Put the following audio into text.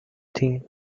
thing